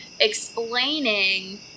explaining